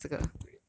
I'm great